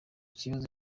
kibazo